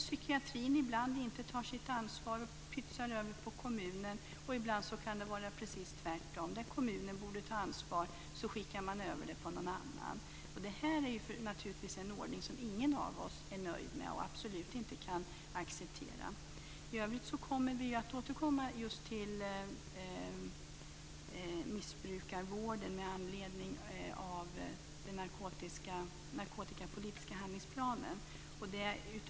Psykiatrin tar ibland inte sitt ansvar utan pytsar över det till kommunen. Ibland kan det vara precis tvärtom, att när kommunen borde ta ansvar skickar man över det till någon annan. Det här är naturligtvis en ordning som ingen av oss är nöjd med och absolut inte kan acceptera. I övrigt återkommer vi just till missbrukarvården med anledning av den narkotikapolitiska handlingsplanen.